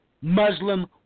Muslim